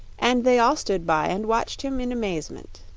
and they all stood by and watched him in amazement.